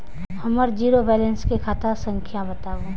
हमर zero balance के खाता संख्या बतबु?